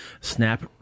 Snap